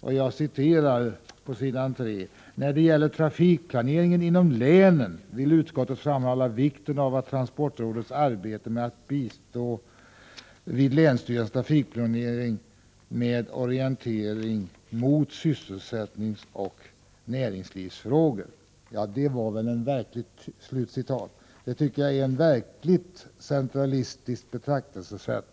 på s. 3: ”När det gäller trafikplaneringen inom länen vill utskottet framhålla vikten av transportrådets arbete med att bistå vid länsstyrelsernas trafikplanering med orientering mot sysselsättningsoch näringslivsfrågor.” Det tycker jag är ett verkligt centralistiskt betraktelsesätt.